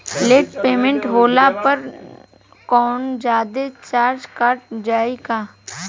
Late payment होला पर कौनोजादे चार्ज कट जायी का?